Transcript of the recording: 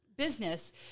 business